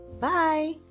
Bye